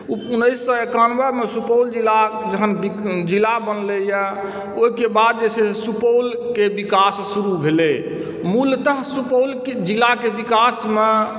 उन्नैस सए एकानबेमे सुपौल जिला जहन जिला बनलैया ओहिके बाद जे छै सुपौलके विकास शुरु भेलै मुलतः सुपौलके जिलाके विकासमे